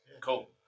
Cool